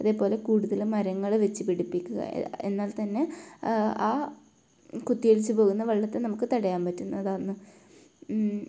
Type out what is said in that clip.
അതേപോലെ കൂടുതലും മരങ്ങൾ വെച്ച് പിടിപ്പിക്കുക എന്നാൽ തന്നെ ആ കുത്തി ഒലിച്ച് പോകുന്ന വെള്ളത്തെ നമുക്ക് തടയാൻ പറ്റുന്നതാണ്